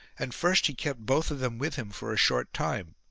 and first he kept both of them with him for a short time.